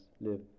live